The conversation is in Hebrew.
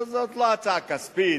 זאת לא הצעה כספית.